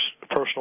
personal